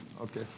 Okay